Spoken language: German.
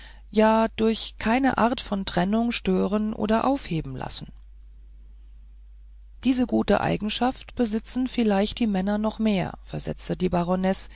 ja durch keine art von trennung stören oder aufheben lassen diese gute eigenschaft besitzen vielleicht die männer noch mehr versetzte die